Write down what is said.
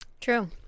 True